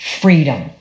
freedom